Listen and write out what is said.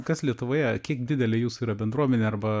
kas lietuvoje kiek didelė jūsų yra bendruomenė arba